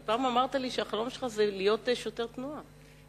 כי פעם אמרת לי שהחלום שלך זה להיות שוטר תנועה.